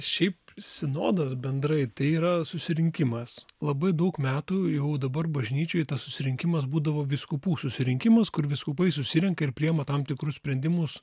šiaip sinodas bendrai tai yra susirinkimas labai daug metų jau dabar bažnyčioj tas susirinkimas būdavo vyskupų susirinkimas kur vyskupai susirenka ir priima tam tikrus sprendimus